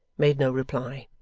made no reply.